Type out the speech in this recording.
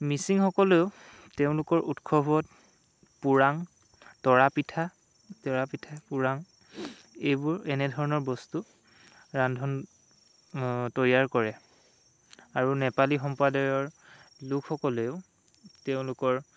মিচিংসকলেও তেওঁলোকৰ উৎসৱত পোৰাং তৰাপিঠা তৰাপিঠা পোৰাং এইবোৰ এনেধৰণৰ বস্তু ৰান্ধন তৈয়াৰ কৰে আৰু নেপালী সম্প্ৰদায়ৰ লোকসকলেও তেওঁলোকৰ